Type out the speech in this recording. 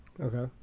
Okay